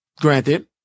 granted